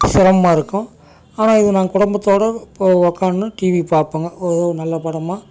சிரமமாக இருக்கும் ஆனால் அது நாங்கள் குடும்பத்தோடு போய் உட்காந்துனு டிவி பார்க்குணும் ஒரு நல்ல படமாக